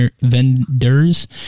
vendors